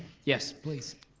yes, please.